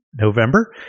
November